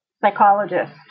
psychologist